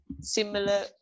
similar